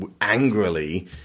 angrily